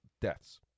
deaths